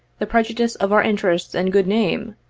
the prejudice of our interests and good name,